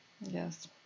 Yes